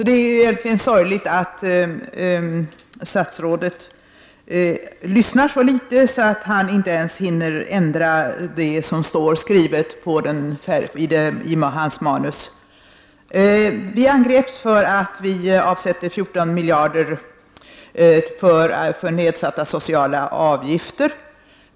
Det är sorgligt att statsrådet lyssnar så dåligt att han inte ens hinner ändra det som står skrivet i hans manus. Vi i miljöpartiet angreps för att vi vill avsätta 14 miljarder till nedsättning av sociala avgifter.